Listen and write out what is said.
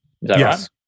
Yes